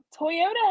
Toyota